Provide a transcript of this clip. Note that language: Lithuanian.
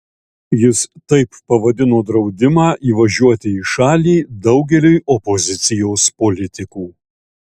jis taip pavadino draudimą įvažiuoti į šalį daugeliui opozicijos politikų